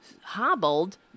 hobbled